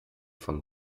von